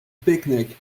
picnic